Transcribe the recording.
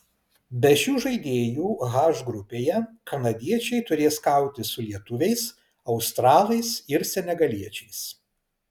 be šių žaidėjų h grupėje kanadiečiai turės kautis su lietuviais australais ir senegaliečiais